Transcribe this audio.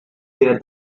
where